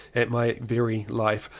at my very life.